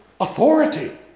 authority